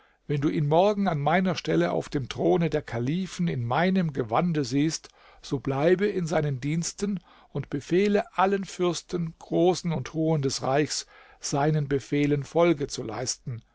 wenn du ihn morgen an meiner stelle auf dem throne der kalifen in meinem gewande siehst so bleibe in seinen diensten und befehle allen fürsten großen und hohen des reichs seinen befehlen folge zu leisten